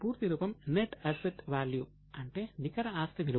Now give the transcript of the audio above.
పూర్తి రూపం net asset value అంటే నికర ఆస్తి విలువ